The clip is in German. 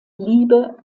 liebe